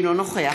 אינו נוכח